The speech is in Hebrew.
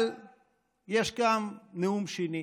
אבל יש גם נאום שני,